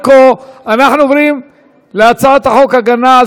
ענת, החוק שלי בא לתקן את העוול הזה.